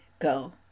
go